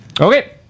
Okay